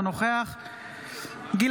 אינה נוכחת יואב גלנט,